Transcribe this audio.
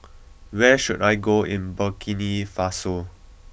where should I go in Burkina Faso